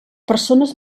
persones